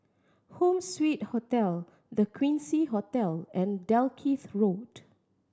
Home Suite Hotel The Quincy Hotel and Dalkeith Road